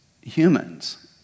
humans